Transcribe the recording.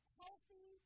healthy